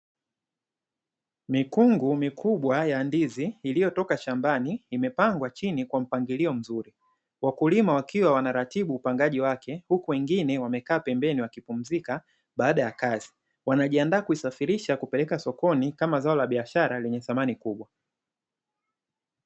Mikungu mikubwa ya ndizi iliyotoka shambani imepangwa chini kwa mpangilio mzuri, wakulima wakiwa wanaratibu upangaji wake huku wengine wamekaa pembeni wakipumzika baada ya kazi, wanajiandaa kuisafirisha kuipeleka sokoni kama zao la biashara lenye thamani kubwa.